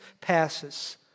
passes